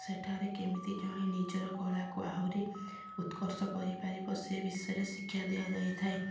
ସେଠାରେ କେମିତି ଜଣେ ନିଜର କଳାକୁ ଆହୁରି ଉତ୍କର୍ଷ କରିପାରିବ ସେ ବିଷୟରେ ଶିକ୍ଷା ଦିଆଯାଇଥାଏ